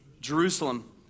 Jerusalem